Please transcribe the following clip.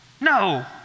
No